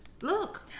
Look